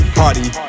party